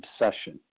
obsession